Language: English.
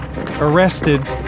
arrested